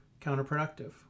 Counterproductive